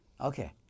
Okay